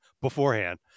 beforehand